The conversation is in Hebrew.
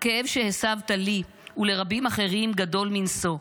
הכאב שהסבת לי ולרבים אחרים גדול מנשוא.